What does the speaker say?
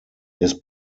his